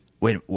Wait